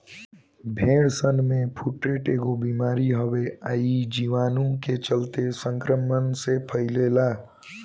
भेड़सन में फुट्रोट एगो बिमारी हवे आ इ जीवाणु के चलते संक्रमण से फइले ला